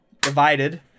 Divided